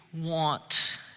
want